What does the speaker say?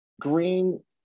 Green